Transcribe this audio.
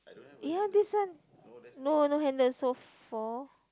ya his one no no handle so four